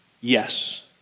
Yes